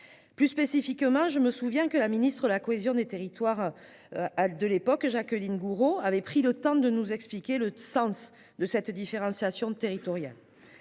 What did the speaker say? l'occasion de la loi 3DS. La ministre de la cohésion des territoires de l'époque, Mme Jacqueline Gourault, avait pris le temps de nous expliquer le sens de cette différenciation territoriale.